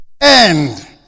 end